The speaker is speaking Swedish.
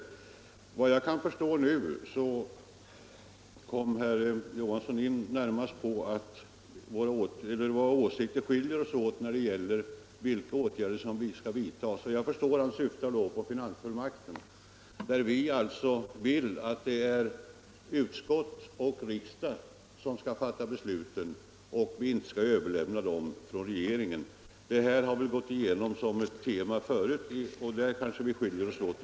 Herr Knut Johansson gick nu närmast in för att redogöra för hur våra åsikter skiljer sig åt när det gäller vilka åtgärder som skall vidtas. Jag förstår att han då syftar på finansfullmakten, där vi vill att utskott och riksdag och inte regeringen skall fatta besluten. Det här har varit ett tema i debatten, och i den frågan kanske vi skiljer oss åt.